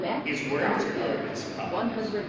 his words are as follows